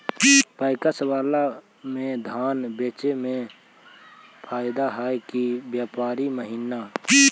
PACS बाला में धान बेचे मे फायदा है कि व्यापारी महिना?